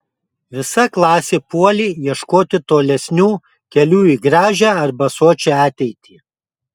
visa klasė puolė ieškoti tolesnių kelių į gražią arba sočią ateitį